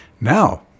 Now